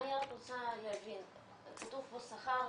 סליחה, אני רק רוצה להבין, כתוב פה שכר